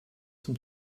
zum